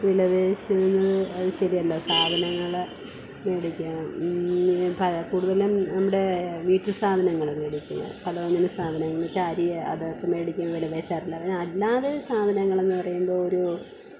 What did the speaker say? വിലപേശുന്നു അത് ശരിയല്ല സാധനങ്ങൾ മേടിക്കാന് പിന്നെ കൂടുതലും നമ്മുടെ വീട്ടുസാധനങ്ങൾ മേടിക്കുന്നത് പലവ്യഞ്ജന സാധനങ്ങൾ എന്നുവെച്ചാൽ അരി അത് ഒക്കെ മേടിക്കും വില പേശാറില്ല പിന്നെ അങ്ങനെ അല്ലാതെ സാധനങ്ങളെന്ന് പറയുമ്പോൾ ഒരു